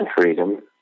freedom